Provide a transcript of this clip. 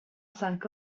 cinq